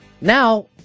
Now